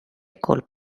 col